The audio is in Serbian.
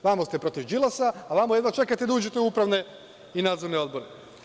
Ovamo ste protiv Đilasa, a ovamo jedva čekate da uđete u upravne i nadzorne odbore.